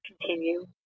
continue